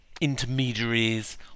intermediaries